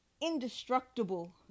indestructible